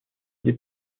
des